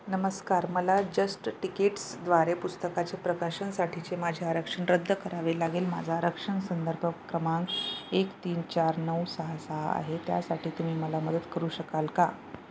नमस्कार मला जस्ट टिकेट्सद्वारे पुस्तकाचे प्रकाशनसाठीचे माझ्या आरक्षण रद्द करावे लागेल माझा आरक्षण संदर्भ क्रमांक एक तीन चार नऊ सहा सहा आहे त्यासाठी तुम्ही मला मदत करू शकाल का